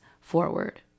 forward